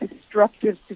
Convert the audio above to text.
destructive